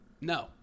No